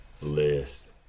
List